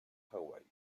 hawái